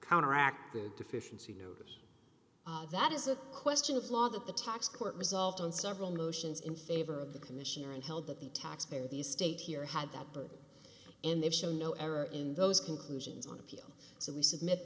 counteract that deficiency notice that is a question of law that the tax court resolved on several motions in favor of the commissioner and held that the taxpayer the state here had that but in they've shown no error in those conclusions on appeal so we submit